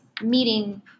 meeting